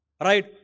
Right